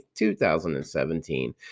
2017